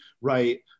right